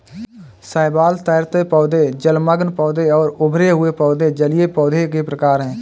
शैवाल, तैरते पौधे, जलमग्न पौधे और उभरे हुए पौधे जलीय पौधों के प्रकार है